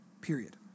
Period